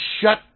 shut